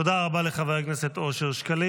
תודה רבה לחבר הכנסת אושר שקלים.